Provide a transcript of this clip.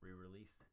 Re-released